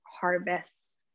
harvests